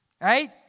Right